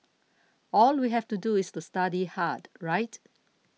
all we have to do is to study hard right